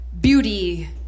Beauty